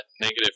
negative